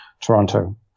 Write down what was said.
Toronto